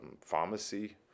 pharmacy